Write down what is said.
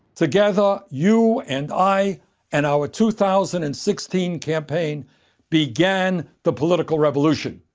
together, you and i and our two thousand and sixteen campaign began the political revolution.